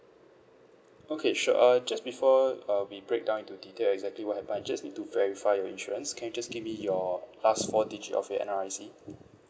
okay sure uh just before uh we breakdown into details exactly happen I just need to verify your insurance can you just give me your last four digit of your N_R_I_C